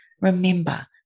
remember